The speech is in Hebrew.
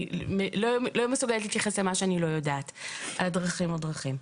אני לא מסוגלת להתייחס למה שאני לא יודעת לגבי דרכים לא דרכים.